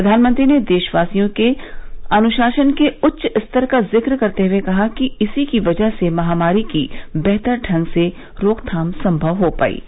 प्रधानमंत्री ने देशवासियों के अनुशासन के उच्च स्तर का जिक्र करते हुए कहा कि इसी की वजह से महामारी की बेहतर ढंग से रोकथाम संभव हो पाई है